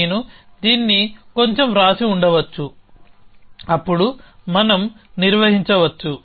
నేను దీన్ని కొంచెం వ్రాసి ఉండవచ్చుఅప్పుడు మనం నిర్వహించవచ్చు